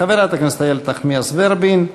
חברת הכנסת איילת נחמיאס ורבין,